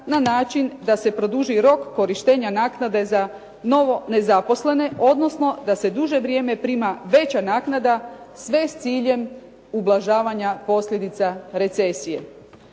na način da se produži rok korištenja naknade za novo nezaposlene odnosno da se duže vrijeme prima veća naknada, sve s ciljem ublažavanja posljedica recesije.